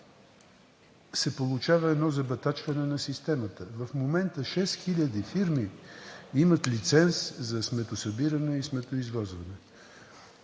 се получава едно забатачване на системата. В момента шест хиляди фирми имат лиценз за сметосъбиране и сметоизвозване,